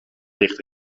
licht